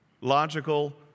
logical